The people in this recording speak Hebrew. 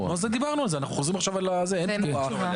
דיברנו על זה, אנחנו חוזרים על זה, אין תמורה.